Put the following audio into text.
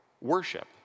worship